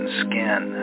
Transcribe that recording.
skin